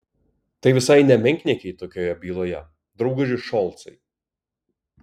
tai visai ne menkniekiai tokioje byloje drauguži šolcai